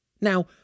Now